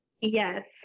Yes